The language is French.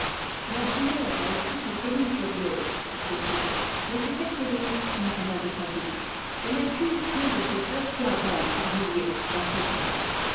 la bruyère a écrit quelques lignes curieuses sur ce sujet mais ces quelques lignes n'ont rien de scientifique et n'accusent qu'un de ces faits qui abondent par milliers dans cet art